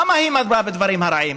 למה היא מרבה בדברים הרעים?